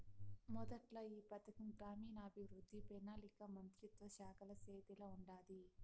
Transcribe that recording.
మొదట్ల ఈ పథకం గ్రామీణాభవృద్ధి, పెనాలికా మంత్రిత్వ శాఖల సేతిల ఉండాది